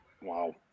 Wow